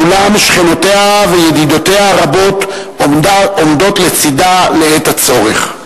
אולם שכנותיה וידידותיה הרבות עומדות לצדה בעת הצורך.